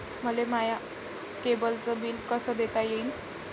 मले माया केबलचं बिल कस देता येईन?